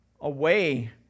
away